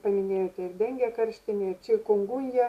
paminėjote ir dengė karštinė čikunguja